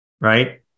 right